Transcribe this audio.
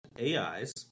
AIs